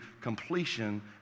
completion